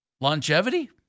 longevity